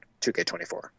2k24